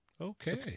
Okay